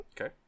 Okay